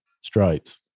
stripes